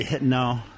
No